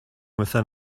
within